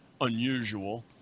unusual